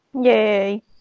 Yay